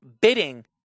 bidding